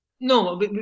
No